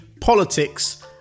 politics